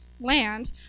land